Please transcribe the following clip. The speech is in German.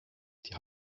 die